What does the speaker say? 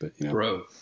Bro